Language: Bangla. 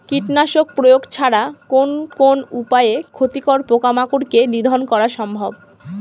কীটনাশক প্রয়োগ ছাড়া কোন কোন উপায়ে ক্ষতিকর পোকামাকড় কে নিধন করা সম্ভব?